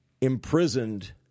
imprisoned